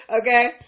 okay